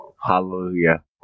Hallelujah